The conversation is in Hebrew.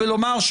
אני